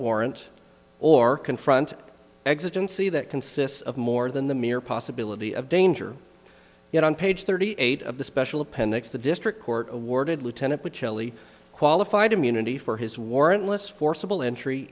warrant or confront existence either it consists of more than the mere possibility of danger yet on page thirty eight of the special appendix the district court awarded lieutenant which only qualified immunity for his warrantless forcible entry